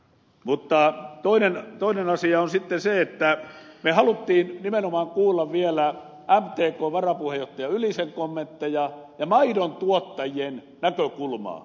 mutta toinen asia on sitten se että me halusimme vielä kuulla mtkn varapuheenjohtaja ylisen kommentteja ja maidontuottajien näkökulmaa